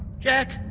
jack,